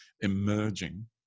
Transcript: Emerging